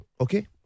Okay